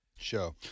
show